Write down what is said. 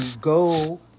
go